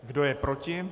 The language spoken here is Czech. Kdo je proti?